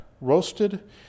roasted